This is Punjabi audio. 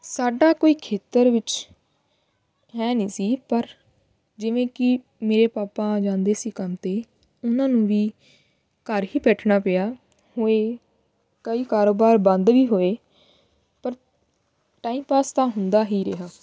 ਸਾਡਾ ਕੋਈ ਖੇਤਰ ਵਿੱਚ ਹੈ ਨਹੀਂ ਸੀ ਪਰ ਜਿਵੇਂ ਕਿ ਮੇਰੇ ਪਾਪਾ ਜਾਂਦੇ ਸੀ ਕੰਮ 'ਤੇ ਉਹਨਾਂ ਨੂੰ ਵੀ ਘਰ ਹੀ ਬੈਠਣਾ ਪਿਆ ਹੋਏ ਕਈ ਕਾਰੋਬਾਰ ਬੰਦ ਵੀ ਹੋਏ ਪਰ ਟਾਈਮ ਪਾਸ ਤਾਂ ਹੁੰਦਾ ਹੀ ਰਿਹਾ